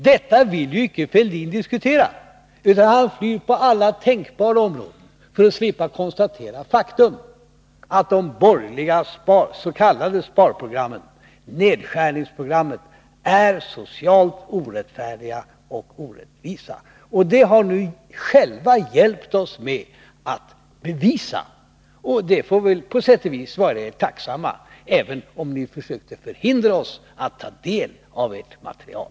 Detta vill Thorbjörn Fälldin inte diskutera, utan han flyr till alla tänkbara områden för att slippa konstatera faktum, att de borgerliga s.k. sparprogrammen, nedskärningsprogrammen, är socialt orättfärdiga och orättvisa. Det har ni själva hjälpt oss att bevisa, och det får vi på sätt och vis vara tacksamma för, även om ni försökte hindra oss att ta del av ert material.